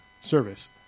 service